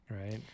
right